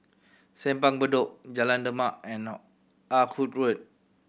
Simpang Bedok Jalan Demak and Ah Hood Road